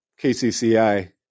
KCCI